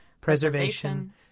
preservation